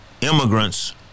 immigrants